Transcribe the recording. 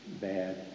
bad